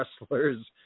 wrestlers